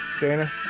Dana